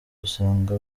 usanga